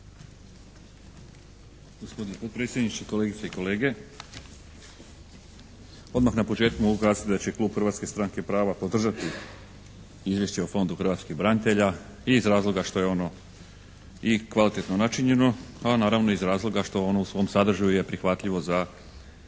Gospodine potpredsjedniče, kolegice i kolege. Odmah na početku mogu kazati da će klub Hrvatske stranke prava podržati Izvješće o fondu hrvatskih branitelja iz razloga što je ono i kvalitetno načinjeno a naravno i iz razloga što ono u svom sadržaju je prihvatljivo za nas